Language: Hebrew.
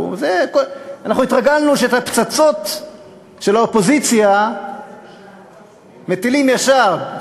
אנחנו התרגלנו שאת הפצצות של האופוזיציה מטילים ישר,